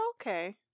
Okay